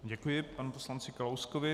Děkuji panu poslanci Kalouskovi.